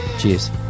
Cheers